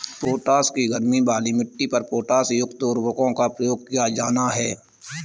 potash की कमी वाली मिट्टी पर पोटाशयुक्त उर्वरकों का प्रयोग किया जाना है